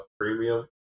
premium